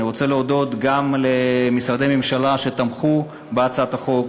אני רוצה להודות גם למשרדי הממשלה שתמכו בהצעת החוק.